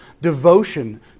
devotion